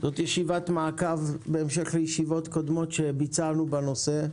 זאת ישיבת מעקב בהמשך לישיבות קודמות שביצענו בנושא.